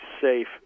safe